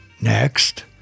next